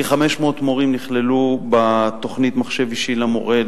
כ-500 מורים נכללו בתוכנית "מחשב אישי למורה",